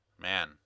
Man